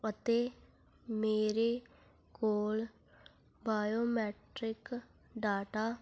ਅਤੇ ਮੇਰੇ ਕੋਲ ਬਾਇਓਮੈਟ੍ਰਿਕ ਡਾਟਾ